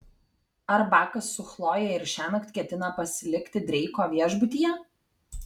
ar bakas su chloje ir šiąnakt ketina pasilikti dreiko viešbutyje